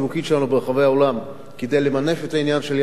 ברחבי העולם כדי למנף את העניין של ים-המלח,